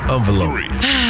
Envelope